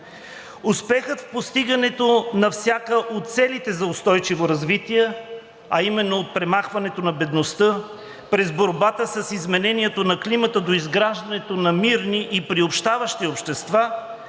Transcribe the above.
Успехът в постигането на всяка от целите за устойчиво развитие, а именно премахването на бедността през борбата с изменението на климата до изграждането на мирни и приобщаващи общества,